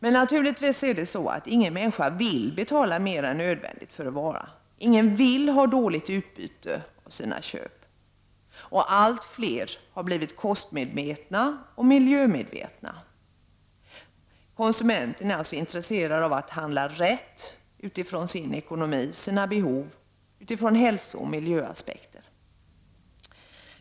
Ingen människa vill naturligtvis betala mer än nödvändigt för en vara. Ingen vill ha dåligt utbyte av sitt köp. Allt fler har blivit kostmedvetna och miljömedvetna. Konsumenterna är intresserade av att handla ”rätt” utifrån sin ekonomi, sina behov och hälsooch miljöaspekter.